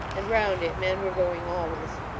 and round it, men were going always.